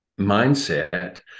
mindset